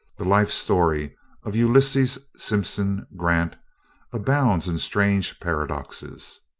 the life story of ulysses simpson grant abounds in strange paradoxes.